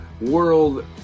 world